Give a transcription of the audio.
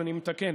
אני מתקן,